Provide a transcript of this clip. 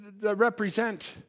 represent